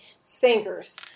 Singers